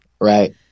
Right